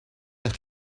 eich